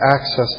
access